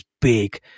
big